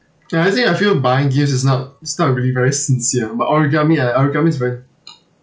ya I think I feel buying gifts is not is not really very sincere but origami ah origami is very